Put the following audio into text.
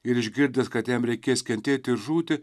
ir išgirdęs kad jam reikės kentėti ir žūti